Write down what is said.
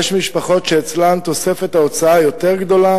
יש משפחות שאצלן תוספת ההוצאה יותר גדולה